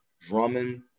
Drummond